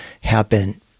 happen